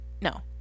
No